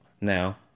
Now